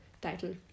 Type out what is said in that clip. title